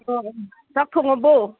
ꯆꯥꯛ ꯊꯣꯡꯑꯕꯣ